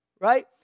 right